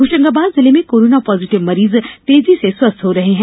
होशंगाबाद जिले में corona positive मरीज तेजी से स्वस्थ हो रहे हैं